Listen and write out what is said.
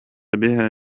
بها